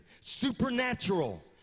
supernatural